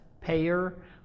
payer